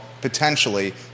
potentially